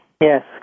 Yes